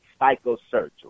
psychosurgery